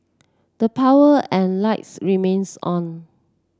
the power and lights remains on